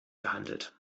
gehandelt